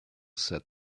said